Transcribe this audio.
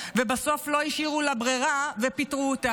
ובסוף לא השאירו לה ברירה ופיטרו אותה,